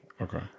Okay